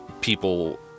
people